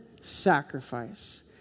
sacrifice